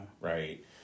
right